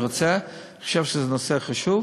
אני רוצה, אני חושב שזה נושא חשוב,